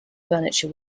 furniture